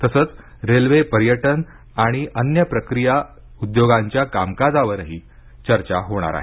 तसंच रेल्वे पर्यटन आणि अन्न प्रक्रिया उद्योगांच्या कामकाजावरही चर्चा होणार आहे